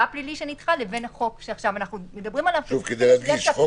הפלילי שנדחה לבין החוק שאנחנו מדברים עליו --- מה השינויים.